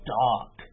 dark